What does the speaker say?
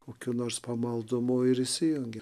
kokių nors pamaldumų ir įsijungia